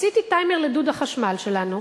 עשיתי טיימר לדוד החשמל שלנו,